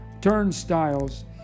turnstiles